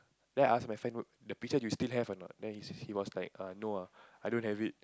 then I ask my friend the picture you still have a not then he say he was like err no ah I don't have it